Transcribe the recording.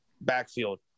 backfield